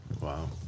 Wow